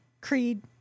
Creed